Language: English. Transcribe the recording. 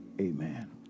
Amen